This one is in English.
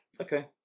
Okay